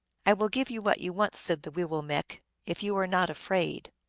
i will give you what you want, said the wee willmekq, if you are not afraid.